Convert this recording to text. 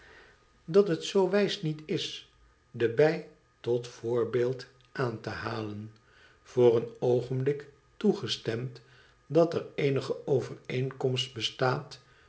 dat het zoo wijs niet is de bij tot voorbeeld aan te halen i voor een oogenblik toegestemd dat er eenige overeenkomst bestaat